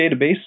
database